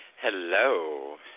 Hello